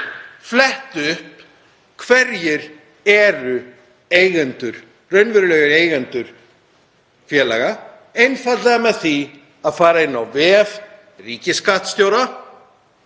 flett upp hverjir eru raunverulegir eigendur félaga, einfaldlega með því að fara inn á vef ríkisskattstjóra,